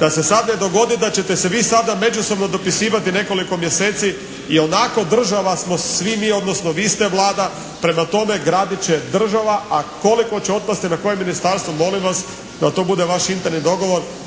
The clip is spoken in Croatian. da se sad ne dogodi da ćete se vi sada međusobno dopisivati nekoliko mjeseci. Ionako država smo svi mi odnosno vi ste Vlada. Prema tome gradit će država. A koliko će otpasti na koje ministarstvo molim vas da to bude vaš interni dogovor.